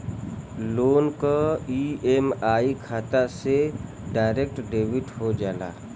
loan क EMI खाता से डायरेक्ट डेबिट हो जाला